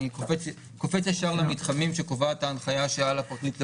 אני קופץ ישר למתחמים שקובעת ההנחיה שעל הפרקליט לבקש,